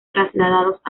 trasladados